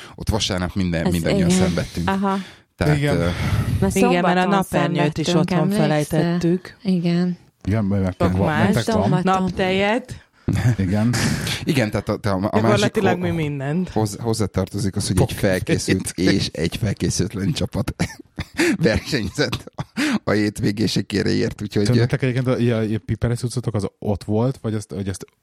Ott vasárnap minden- Ez mindannyian igen. szenvedtünk. Aha. Tehát, Igen. ö- Na Igen, mert a szombaton napernyőt is szenvedtünk, otthon emlékszel? felejtettük. Igen. Igen, mert- mert- Sok mert- mert- mást. mert- mert- mert- Szombaton. van. Naptejet. Igen. Igen, tehát a- te a- a másik Gyakorlatilag ho- mi mindent. hoz- hozzátartozik az, hogy egy Fogjuk felkészült egy és egy felkészületlen csapat versenyzett a- a hétvégési kéréért, úgyhogy- Tudnátok egyébként, hogy ilyen- ilyen piperes cuccotok az ott volt, vagy azt- vagy azt-